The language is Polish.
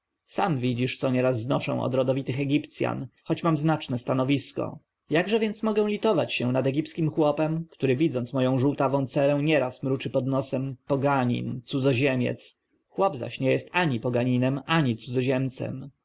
sam widzisz co nieraz znoszę od rodowitych egipcjan choć mam znaczne stanowisko jakże więc mogę litować się nad egipskim chłopem który widząc moją żółtawą cerę nieraz mruczy pod nosem poganin cudzoziemiec chłop zaś nie jest ani poganinem ani cudzoziemcem